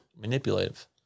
Manipulative